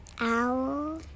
owl